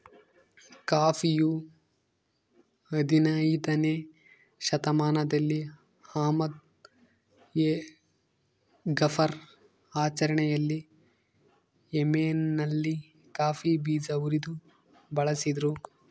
ಕಾಫಿಯು ಹದಿನಯ್ದನೇ ಶತಮಾನದಲ್ಲಿ ಅಹ್ಮದ್ ಎ ಗಫರ್ ಆಚರಣೆಯಲ್ಲಿ ಯೆಮೆನ್ನಲ್ಲಿ ಕಾಫಿ ಬೀಜ ಉರಿದು ಬಳಸಿದ್ರು